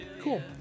cool